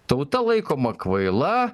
tauta laikoma kvaila